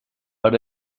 but